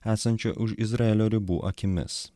esančių už izraelio ribų akimis